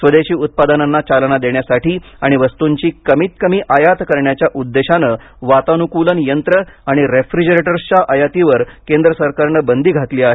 स्वदेशी उत्पादनांना चालना देण्यासाठी आणि वस्तूंची कमीत कमी आयात करण्याच्या उद्देशानं वातानुकूलन यंत्र आणि रेफ्रीजरेटर्सच्या आयातीवर केंद्र सरकारनं बंदी घातली आहे